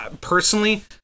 Personally